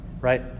right